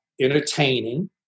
entertaining